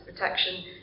protection